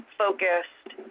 focused